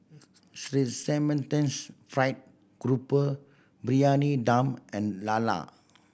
fried grouper Briyani Dum and lala